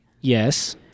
Yes